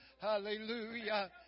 Hallelujah